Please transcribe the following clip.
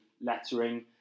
lettering